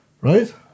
Right